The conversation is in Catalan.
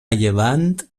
llevant